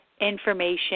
information